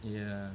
yeah